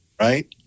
right